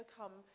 come